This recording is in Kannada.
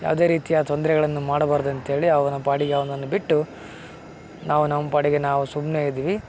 ಯಾವುದೇ ರೀತಿಯ ತೊಂದರೆಗಳನ್ನು ಮಾಡಬಾರ್ದು ಅಂತೇಳಿ ಅವನ ಪಾಡಿಗೆ ಅವನನ್ನು ಬಿಟ್ಟು ನಾವು ನಮ್ಮ ಪಾಡಿಗೆ ನಾವು ಸುಮ್ಮನೆ ಇದ್ವಿ